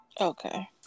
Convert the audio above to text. okay